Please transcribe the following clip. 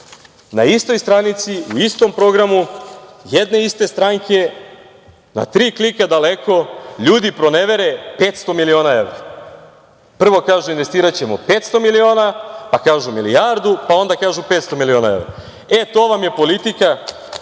na istoj stranici u istom programu jedne iste stranke na tri klika daleko ljudi pronevere 500 miliona evra. Prvo kažu - investiraćemo 500 miliona, pa kažu milijardu, pa onda kažu 500 miliona evra. To vam je politika